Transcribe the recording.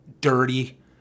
dirty